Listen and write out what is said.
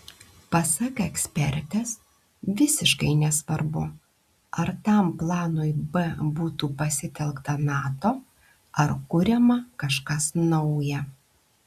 pasak ekspertės visiškai nesvarbu ar tam planui b būtų pasitelkta nato ar kuriama kažkas nauja